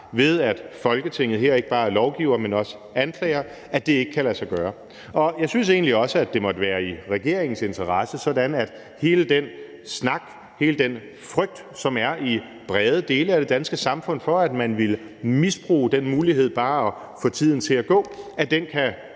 ved at Folketinget her ikke bare er lovgiver, men også anklager, ikke kan lade sig gøre. Jeg synes egentlig også, at det må være i regeringens interesse, så hele den snak og hele den frygt, som der er i brede dele af det danske samfund, for, at man vil misbruge den mulighed bare at få tiden til at gå, kan